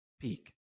peak